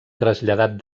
traslladat